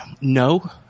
No